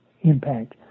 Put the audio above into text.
impact